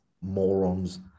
morons